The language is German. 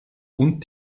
und